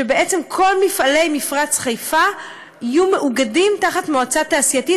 שבעצם כל מפעלי מפרץ חיפה יהיו מאוגדים תחת מועצה תעשייתית,